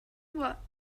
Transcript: war